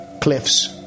Cliff's